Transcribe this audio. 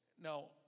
Now